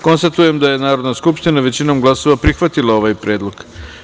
Konstatujem da je Narodna skupština većinom glasova prihvatila ovaj predlog.